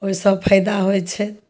ओहिसँ फायदा होइत छै